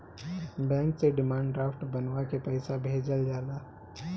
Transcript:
bank से demand draft बनवा के पईसा भेजल जाला